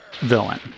villain